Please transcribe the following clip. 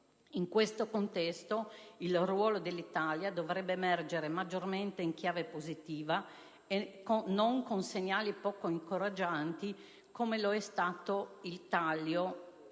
In questo contesto il ruolo dell'Italia dovrebbe emergere maggiormente in chiave positiva e non con segnali poco incoraggianti**,** come il taglio operato